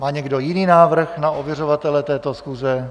Má někdo jiný návrh na ověřovatele této schůze?